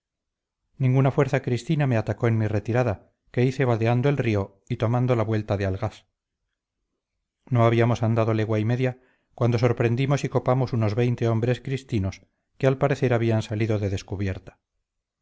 ninguna fuerza cristina me atacó en mi retirada que hice vadeando el río y tomando la vuelta de algás no habíamos andado legua y media cuando sorprendimos y copamos unos veinte hombres cristinos que al parecer habían salido de descubierta